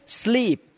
sleep